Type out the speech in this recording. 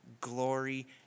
glory